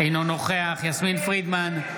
אינו נוכח יסמין פרידמן,